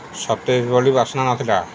ସତେଜ୍ ଭଲି ବାସ୍ନା ନଥିଲା